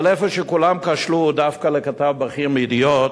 אבל איפה שכולם כשלו, דווקא לכתב בכיר מ"ידיעות"